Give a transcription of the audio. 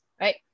right